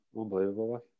unbelievable